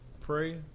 pray